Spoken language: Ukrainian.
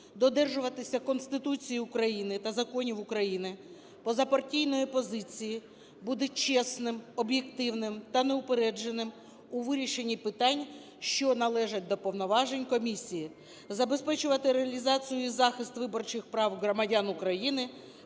додержуватися Конституції України та законів України, позапартійної позиції, бути чесним, об'єктивним та неупередженим у вирішенні питань, що належать до повноважень комісії, забезпечувати реалізацію і захист виборчих прав громадян України